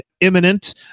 imminent